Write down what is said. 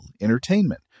entertainment